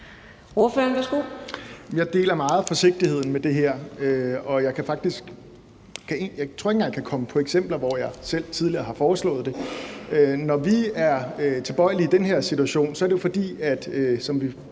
Dragsted (EL): Jeg deler meget forsigtigheden med det her, og jeg tror ikke engang, at jeg kan komme på eksempler, hvor jeg selv tidligere har foreslået det. Når vi er tilbøjelige til det i den her situation, er det jo, som vi